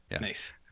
Nice